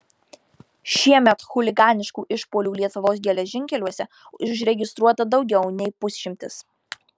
šiemet chuliganiškų išpuolių lietuvos geležinkeliuose užregistruota daugiau nei pusšimtis